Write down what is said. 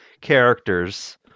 characters